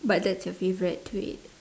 but that's your favourite to eat